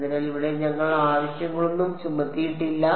അതിനാൽ ഇവിടെ ഞങ്ങൾ ആവശ്യങ്ങളൊന്നും ചുമത്തിയിട്ടില്ല